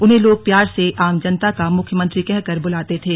उन्हेंग लोग प्यार से आम जनता का मुख्यमंत्री कहकर बुलाते थे